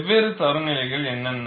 வெவ்வேறு தர நிலைகள் என்னென்ன